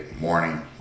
morning